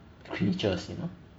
futures you know